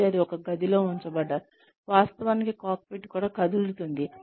మరియు వారు ఒక గదిలో ఉంచబడ్డారు వాస్తవానికి కాక్పిట్ కూడా కదులుతుంది